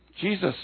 Jesus